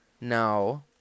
No